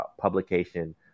publication